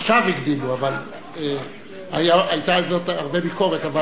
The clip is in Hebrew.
עכשיו הגדילו, אבל היתה על זה הרבה ביקורת.